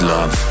Love